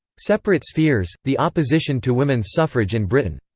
separate spheres the opposition to women's suffrage in britain.